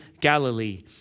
Galilee